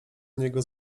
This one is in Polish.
niego